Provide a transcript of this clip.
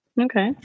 okay